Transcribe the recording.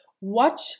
Watch